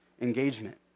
engagement